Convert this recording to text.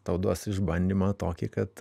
tau duos išbandymą tokį kad